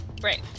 Right